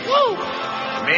Woo